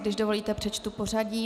Když dovolíte, přečtu pořadí.